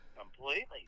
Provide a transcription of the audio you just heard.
Completely